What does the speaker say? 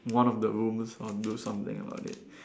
one of the rooms or do something about it